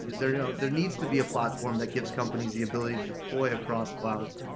there yeah there needs to be a platform that gives companies the ability to deploy across clouds,